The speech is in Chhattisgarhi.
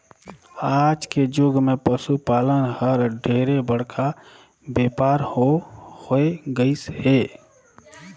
आज के जुग मे पसु पालन हर ढेरे बड़का बेपार हो होय गईस हे